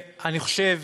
אני חושב